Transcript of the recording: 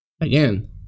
Again